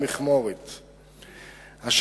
רצוני